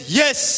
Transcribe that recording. yes